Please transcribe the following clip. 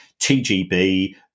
TGB